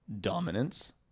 dominance